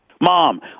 mom